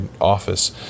office